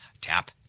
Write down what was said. tap